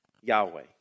Yahweh